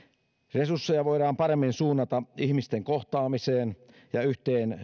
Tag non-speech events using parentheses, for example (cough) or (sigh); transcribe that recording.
resursseja voidaan paremmin suunnata ihmisten kohtaamiseen (unintelligible) (unintelligible) (unintelligible) (unintelligible) (unintelligible) (unintelligible) (unintelligible) (unintelligible) (unintelligible) (unintelligible) ja yhteen